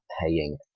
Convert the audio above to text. paying